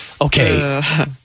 okay